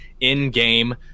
in-game